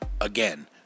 Again